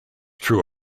true